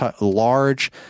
large